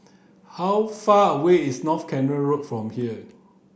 how far away is North Canal Road from here